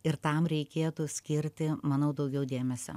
ir tam reikėtų skirti manau daugiau dėmesio